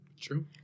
True